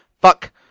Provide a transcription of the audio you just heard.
Fuck